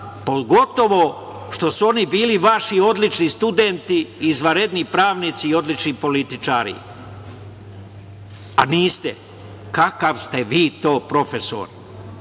pogotovo što su oni bili vaši odlični studenti i izvanredni pravnici i odlični političari, a niste. Kakav ste vi to profesor?